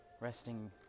Resting